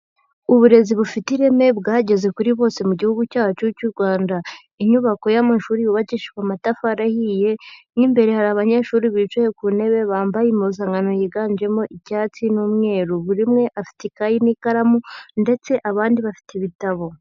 Uburezi bufite ireme bwageze kuri bose mu gihugu cyacu cy'u Rwanda. Inyubako y'amashuri yubakishijwe amatafari ahiye, mo imbere hari abanyeshuri bicaye ku ntebe bambaye impuzankano yiganjemo icyatsi n'umweru. Buri umwe afite ikayi n'ikaramu ndetse abandi bafite ibitabo.